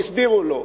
והסבירו לו.